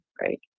Right